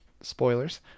Spoilers